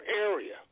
area